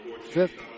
fifth